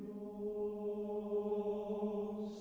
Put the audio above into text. oh,